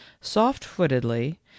soft-footedly